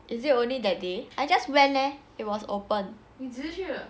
is it only that day I just went leh it was open